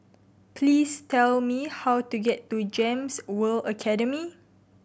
please tell me how to get to GEMS World Academy